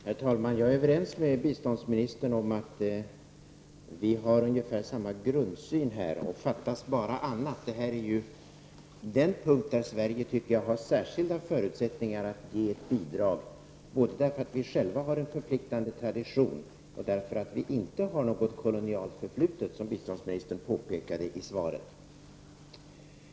Herr talman! Jag är överens med biståndsministern om att vi har ungefär samma grundsyn och fattas bara annat. Detta är ju den punkt där Sverige har särskilda förutsättningar att ge bidrag, både därför att vi själva har en förpliktande tradition och därför att vi inte har något kolonialt förflutet, som biståndsministern påpekade i svaret.